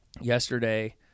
yesterday